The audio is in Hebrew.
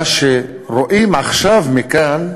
מה שרואים עכשיו מכאן,